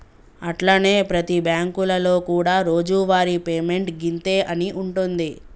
అట్లనే ప్రతి బ్యాంకులలో కూడా రోజువారి పేమెంట్ గింతే అని ఉంటుంది